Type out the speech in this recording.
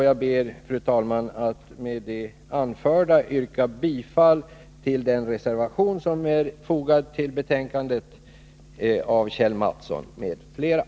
Jag ber, fru talman, att med det anförda få yrka bifall till den reservation av Kjell Mattsson m.fl. som är fogad till betänkandet.